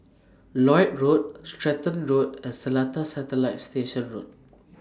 Lloyd Road Stratton Road and Seletar Satellite Station Road